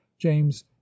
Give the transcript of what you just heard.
james